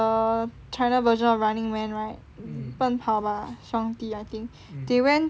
china version of running man right 奔跑吧兄弟 I think they went